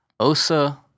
Osa